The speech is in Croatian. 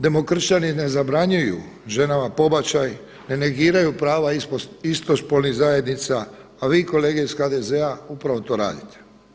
Demokršćanin ne zabranjuju ženama pobačaj, ne negiraju prava istospolnih zajednica, a vi kolege iz HDZ-a upravo to radite.